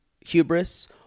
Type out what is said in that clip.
hubris